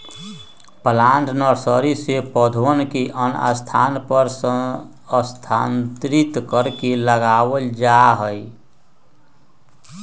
plant nursery से पौधवन के अन्य स्थान पर स्थानांतरित करके लगावल जाहई